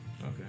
okay